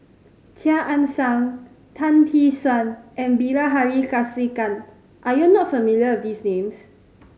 Chia Ann Siang Tan Tee Suan and Bilahari Kausikan are you not familiar with these names